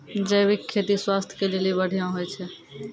जैविक खेती स्वास्थ्य के लेली बढ़िया होय छै